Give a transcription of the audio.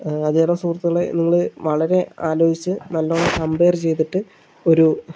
അതുകാരണം സുഹൃത്തുക്കളേ നിങ്ങള് വളരെ ആലോചിച്ച് നല്ലോണ്ണം കമ്പയർ ചെയ്തിട്ട് ഒരു